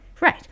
Right